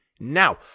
Now